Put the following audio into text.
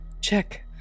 check